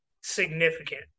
significant